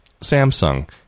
Samsung